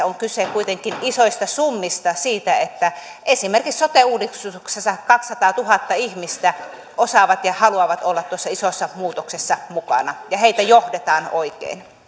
on kyse kuitenkin isoista summista siitä että esimerkiksi sote uudistuksessa kaksisataatuhatta ihmistä osaa ja haluaa olla tuossa isossa muutoksessa mukana ja heitä johdetaan oikein